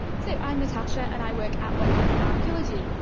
so, i'm natasha, and i work at wessex archeology,